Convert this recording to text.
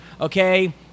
Okay